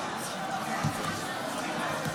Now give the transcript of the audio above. בבקשה.